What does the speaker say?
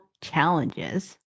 challenges